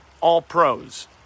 All-Pros